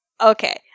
Okay